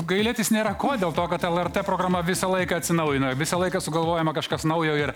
gailėtis nėra ko dėl to kad lrt programa visą laiką atsinaujina visą laiką sugalvojama kažkas naujo ir